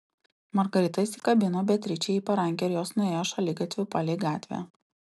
margarita įsikabino beatričei į parankę ir jos nuėjo šaligatviu palei gatvę